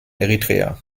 eritrea